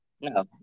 no